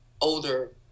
older